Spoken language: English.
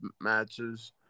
matches